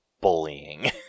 bullying